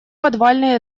подвальный